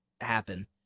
happen